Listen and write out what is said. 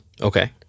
Okay